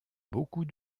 beaucoup